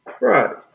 Right